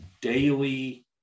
daily